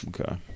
Okay